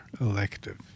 elective